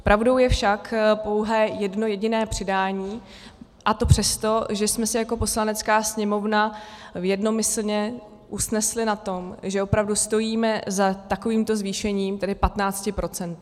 Pravdou je však pouhé jedno jediné přidání, a to přesto, že jsme se jako Poslanecká sněmovna jednomyslně usnesli na tom, že opravdu stojíme za takovýmto zvýšením, tedy 15 %.